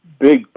big